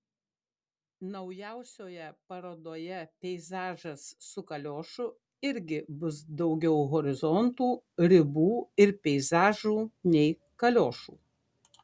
naujausioje parodoje peizažas su kaliošu irgi bus daugiau horizontų ribų ir peizažų nei kaliošų